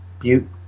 Butte